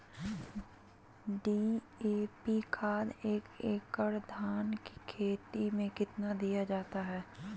DAP खाद एक एकड़ धान की खेती में कितना दीया जाता है?